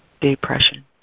depression